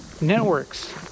networks